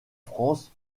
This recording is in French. france